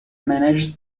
manages